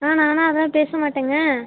ஆ நான் ஆனால் அதெலாம் பேசமாட்டேங்க